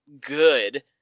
good